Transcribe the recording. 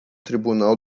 tribunal